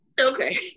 Okay